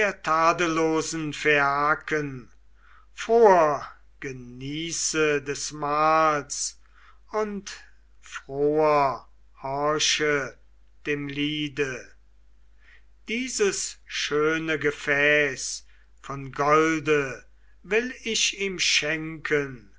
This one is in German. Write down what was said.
tadellosen phaiaken froher genieße des mahls und froher horche dem liede dieses schöne gefäß von golde will ich ihm schenken